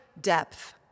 depth